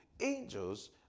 angels